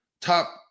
top